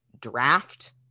draft